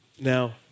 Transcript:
Now